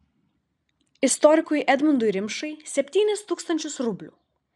istorikui edmundui rimšai septynis tūkstančius rublių